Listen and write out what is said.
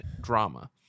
drama